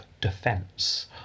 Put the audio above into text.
defense